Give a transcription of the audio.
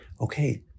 okay